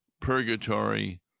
purgatory